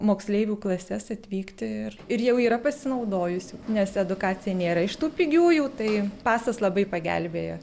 moksleivių klases atvykti ir ir jau yra pasinaudojusių nes edukacija nėra iš tų pigiųjų tai pasas labai pagelbėja